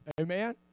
amen